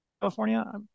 California